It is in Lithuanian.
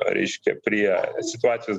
reiškia prie situacijos